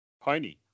Pony